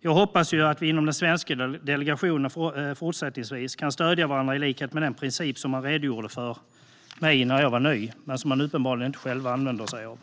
Jag hoppas att vi inom den svenska delegationen fortsättningsvis kan stödja varandra i likhet med den princip som man redogjorde för när jag var ny men som man uppenbarligen inte själv använder sig av.